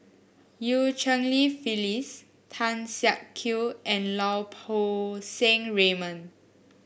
Eu Cheng Li Phyllis Tan Siak Kew and Lau Poo Seng Raymond